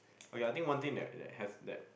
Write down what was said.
okay I think one thing that that have that